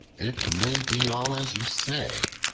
it may be all as you say,